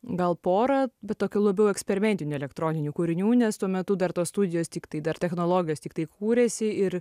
gal porą bet tokių labiau eksperimentinių elektroninių kūrinių nes tuo metu dar tos studijos tiktai dar technologas tiktai kūrėsi ir